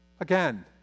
again